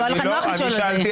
לא היה לך נוח לשאול על זה.